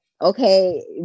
okay